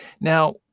Now